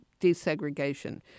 desegregation